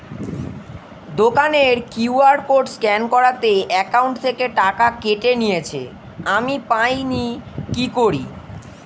দোকানের QR code scan করাতে account থেকে টাকা কেটে নিয়েছে, আমি পাইনি কি করি?